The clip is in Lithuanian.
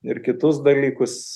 ir kitus dalykus